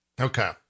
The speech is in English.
Okay